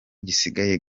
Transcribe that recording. gisigaye